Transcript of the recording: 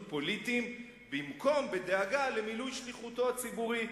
פוליטיים במקום בדאגה למילוי שליחותו הציבורית".